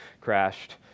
crashed